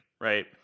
right